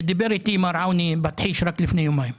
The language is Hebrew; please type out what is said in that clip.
דיבר איתי מר בטיש רק לפני יומיים.